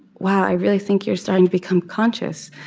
wow, i really think you're starting to become conscious.